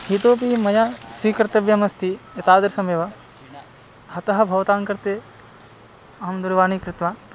इतोपि मया स्वीकर्तव्यमस्ति एतादृशमेव अतः भवताङ्कृते अहं दूरवाणीं कृतवान्